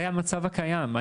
זה המצב הקיים,